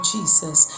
Jesus